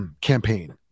campaign